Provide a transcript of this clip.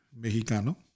Mexicano